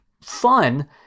fun